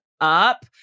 up